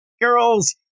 girls